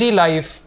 life